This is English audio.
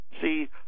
See